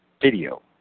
video